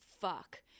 fuck